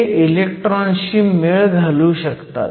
ते इलेक्ट्रॉनशी मेळ घालू शकतात